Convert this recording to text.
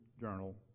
Journal